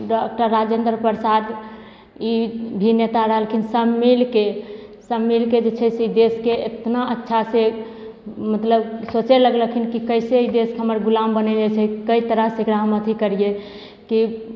doctor Rajendra Prasad ई भी नेता रहलखिन सभ मिलके सभ मिलके जे छै से देशके एतना अच्छासँ मतलब सोचे लगलखिन की कैसे ई देशके हमर गुलाम बनेने से कइ तरहसँ एकरा हम अथी करियै कि